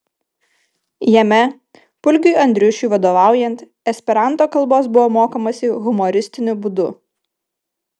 jame pulgiui andriušiui vadovaujant esperanto kalbos buvo mokomasi humoristiniu būdu